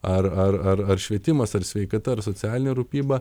ar ar ar ar švietimas ar sveikata ar socialinė rūpyba